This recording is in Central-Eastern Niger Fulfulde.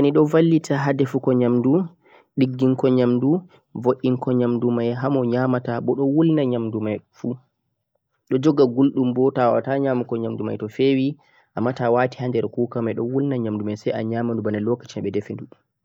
rice cooker ni do vallita ha defugo nyamdu digginko nyamdu vu'inko nyamdu mai ha mo nyamata boh do wulna nyamadu mai fuu, do jogha guldhum boh to'a wawata nyamugo nyamdu mai to fewi amma to'a wati ha der cooker mai do wulna nyamdu mai sai a nyama nyamdu mai bana jotta beh defi